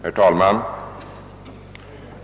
Herr talman!